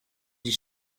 die